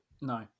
no